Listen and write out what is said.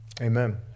Amen